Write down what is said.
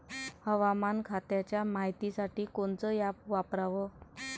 हवामान खात्याच्या मायतीसाठी कोनचं ॲप वापराव?